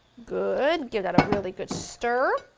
good! give that a really good stir,